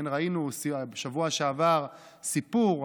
כן, ראינו בשבוע שעבר סיפור: